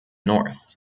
north